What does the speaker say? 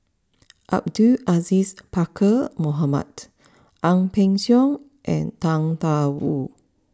Abdul Aziz Pakkeer Mohamed Ang Peng Siong and Tang Da Wu